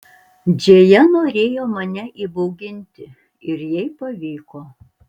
džėja norėjo mane įbauginti ir jai pavyko